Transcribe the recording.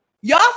Y'all